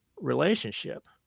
relationship